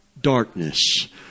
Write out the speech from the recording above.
darkness